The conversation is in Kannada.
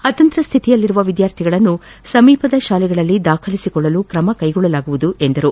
ಅತಂತ್ರ ಸ್ವಿತಿಯಲ್ಲಿರುವ ವಿದ್ಯಾರ್ಥಿಗಳನ್ನು ಸಮೀಪದ ಶಾಲೆಗಳಲ್ಲಿ ದಾಖಲಿಸಿಕೊಳ್ಳಲು ಕ್ರಮ ಕೈಗೊಳ್ಳಲಾಗುವುದು ಎಂದರು